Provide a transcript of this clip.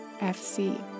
FC